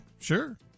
sure